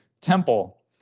temple